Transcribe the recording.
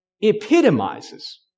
epitomizes